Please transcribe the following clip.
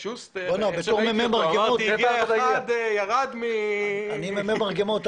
בתור מ"מ מרגמות --- אני מ"מ מרגמות.